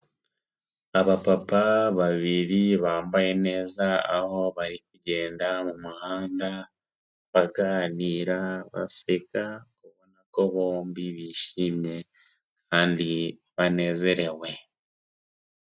Abapapa babiri bambaye neza aho bari kugenda mu muhanda baganira baseka kuko bombi bishimye kandi banezerewe.